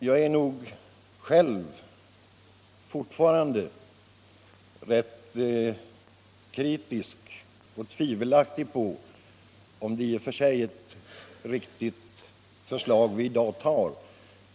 Jag är själv fortfarande rätt kritiskt inställd till det förslag som vi i dag skall ta och jag tvivlar på att det är riktigt.